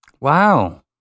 Wow